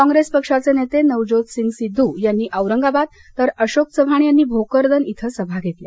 काँग्रेस पक्षाचे नेते नवजोतसिंग सिद्ध यांनी औरंगाबाद तर अशोक चव्हाण यांनी भोकरदन इथं सभा घेतल्या